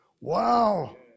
Wow